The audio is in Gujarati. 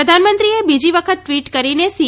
પ્રધાનમંત્રીએ બીજી વખત ટવીટ કરીને સી